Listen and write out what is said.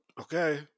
okay